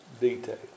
detail